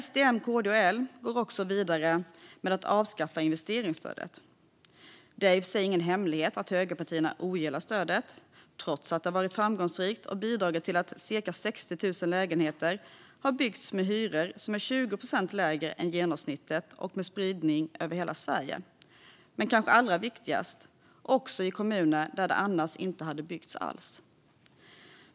SD, M, KD och L går också vidare med att avskaffa investeringsstödet. Det är i och för sig ingen hemlighet att högerpartierna ogillar stödet, trots att det har varit framgångsrikt och bidragit till att cirka 60 000 lägenheter har byggts med hyror som är 20 procent lägre än genomsnittet och med en spridning över hela Sverige. Men kanske allra viktigast är att de har byggts också i kommuner där det annars inte hade byggts alls.